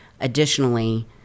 Additionally